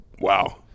Wow